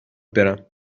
برم